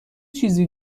چیزی